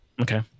Okay